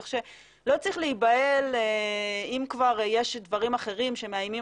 כך שלא צריך להיבהל אם כבר יש דברים אחרים שמאיימים